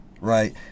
right